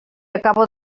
acabo